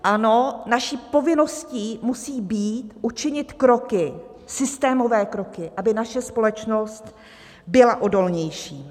Ano, naší povinností musí být učinit kroky, systémové kroky, aby naše společnost byla odolnější.